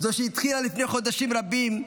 זו שהתחילה לפני חודשים רבים,